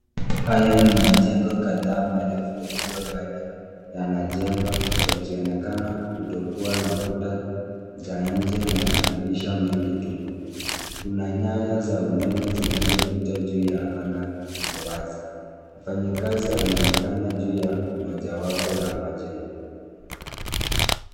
Haya ni majengo kadhaa marefu yakiwa bado yanajengwa, yakionekana kutokua na kuta za nje na madirisha mengi tupu. Kuna nyaya za umeme zinazopita juu ya anga ni wazi. Mfanyikazi anaonekana juu ya mojawapo ya majengo.